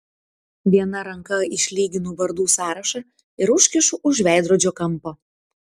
viena ranka išlyginu vardų sąrašą ir užkišu už veidrodžio kampo